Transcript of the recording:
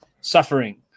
suffering